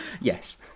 yes